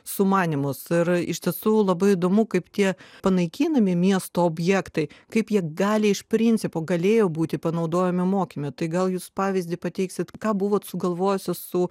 sumanymus ar iš tiesų labai įdomu kaip tie panaikinami miesto objektai kaip jie gali iš principo galėjo būti panaudojami mokyme tai gal jūs pavyzdį pateiksite ką buvo sugalvojusi su